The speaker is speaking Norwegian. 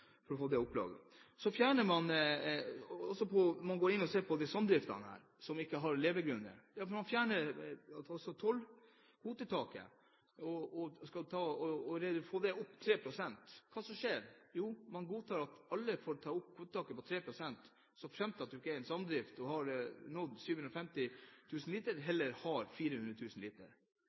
for å få det opplaget. Man går inn og ser på samdriftene som ikke har levegrunnlag, og fjerner altså kvotetaket, og skal øke det 3 pst. Hva skjer da? Jo, en godtar at alle får heve taket med 3 pst., såfremt det ikke er en samdrift og har nådd 750 000 liter, eller har et tak på 400 000 liter.